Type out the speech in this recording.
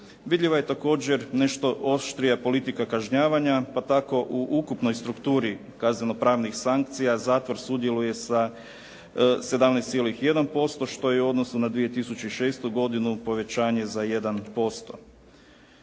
Vidljivo je također nešto oštrija politika kažnjavanja, pa tako u ukupnoj strukturi kazneno pravnih sankcija zatvor sudjeluje sa 17,1% što je u odnosu na 2006. godinu povećanje za 1%.